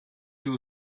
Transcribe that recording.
two